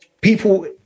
people